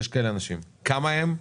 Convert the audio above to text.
יש כאלה אנשים, כמה הם?